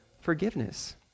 forgiveness